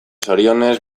zorionez